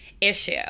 issue